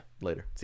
Later